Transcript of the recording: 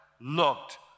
looked